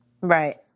Right